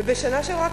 ובשנה שעברה,